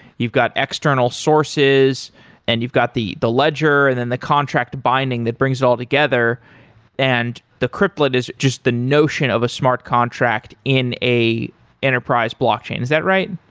you've got external sources and you've got the the ledger and then the contract binding that brings it all together and the cryptlet is just the notion of a smart contract in an enterprise blockchain, is that right?